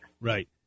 Right